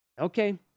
okay